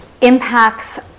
impacts